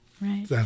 right